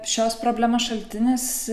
šios problemos šaltinis